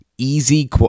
easy